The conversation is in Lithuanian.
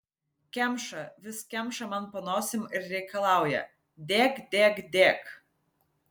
kemša vis kemša man po nosim ir reikalauja dėk dėk dėk